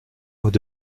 hauts